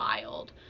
wild